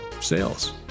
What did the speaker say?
sales